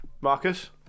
Marcus